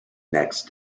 next